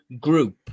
group